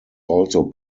also